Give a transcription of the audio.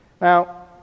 Now